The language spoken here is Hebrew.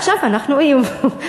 עכשיו אנחנו איום,